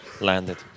landed